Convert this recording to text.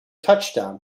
touchdown